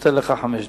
נותן לך חמש דקות,